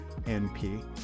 NP